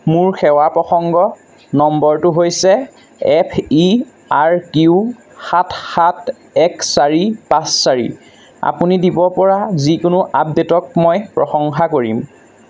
মোৰ সেৱা প্ৰসংগ নম্বৰটো হৈছে এফ ই আৰ কিউ সাত সাত এক চাৰি পাঁচ চাৰি আপুনি দিব পৰা যিকোনো আপডে'টক মই প্ৰশংসা কৰিম